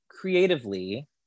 creatively